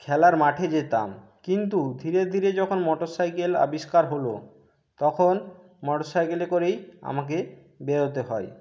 খেলার মাঠে যেতাম কিন্তু ধীরে ধীরে যখন মটর সাইকেল আবিষ্কার হল তখন মটর সাইকেলে করেই আমাকে বেরোতে হয়